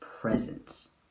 presence